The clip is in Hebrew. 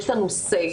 יש לנו מה לומר.